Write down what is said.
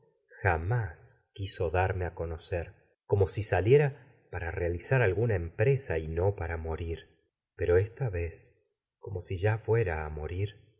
jamás quiso darme empre a conocer si saliera para realizar alguna sa y no para morir pero esta vez como si ya fuera a morir